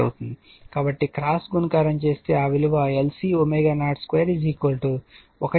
కాబట్టి క్రాస్ గుణకారం చేస్తే ఆ విలువ LC ω02 1 అవుతుంది